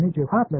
ஏனென்றால்